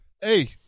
hey